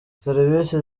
serivisi